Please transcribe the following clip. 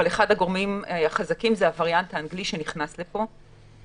אבל אחד הגורמים החזקים זה הווריאנט האנגלי שנכנס לפה.